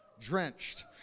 drenched